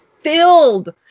filled